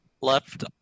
left